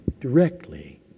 directly